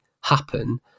happen